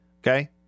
Okay